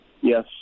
Yes